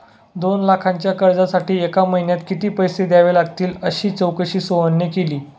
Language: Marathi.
दोन लाखांच्या कर्जासाठी एका महिन्यात किती पैसे द्यावे लागतील अशी चौकशी सोहनने केली